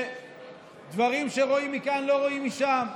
ודברים שרואים מכאן לא רואים משם.